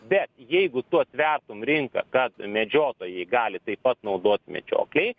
bet jeigu tu atvertum rinką kad medžiotojai gali taip pat naudot medžioklėj